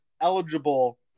eligible